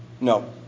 No